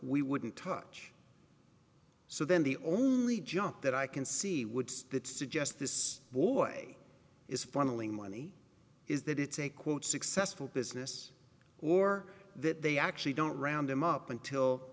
we wouldn't touch so then the only jump that i can see would suggest this boy is funneling money is that it's a quote successful business or that they actually don't round him up until